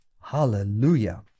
hallelujah